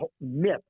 myth